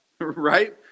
right